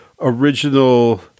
original